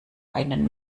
einen